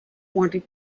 wanted